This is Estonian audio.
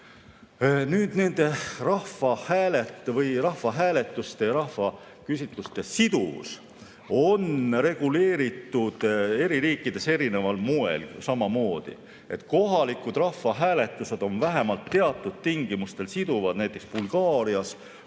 30. Nende rahvahääletuste ja rahvaküsitluste siduvus on reguleeritud eri riikides erineval moel samamoodi, et kohalikud rahvahääletused on vähemalt teatud tingimustel siduvad, näiteks Bulgaarias,